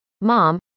mom